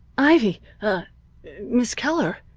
ivy ah miss keller!